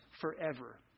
forever